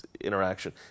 interaction